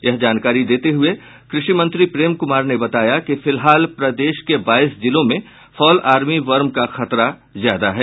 यह जानकारी देते हुए कृषि मंत्री प्रेम कुमार ने बताया कि फिलहाल प्रदेश के बाईस जिलों में फॉल आर्मी वर्म का खतरा ज्यादा है